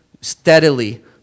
steadily